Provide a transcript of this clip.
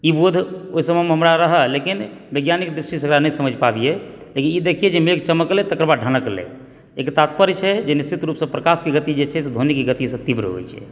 ई बोध ओहि समयमे हमरा रहए लेकिन वैज्ञानिक दृष्टिसंँ ओकरा नहि समझि पाबिऐ लेकिन ई देखिऐ जे मेघ चमकलै तेकर बाद ढ़नकलै एकर तात्पर्य छै जे निश्चित रूपसंँ प्रकाशके गति जे छै ध्वनिक गतिसंँ तीव्र होइत छै